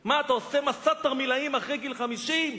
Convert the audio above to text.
מה, אתה עושה מסע תרמילאים אחרי גיל חמישים?